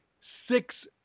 six